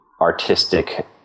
artistic